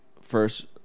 first